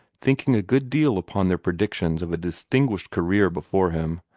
thinking a good deal upon their predictions of a distinguished career before him,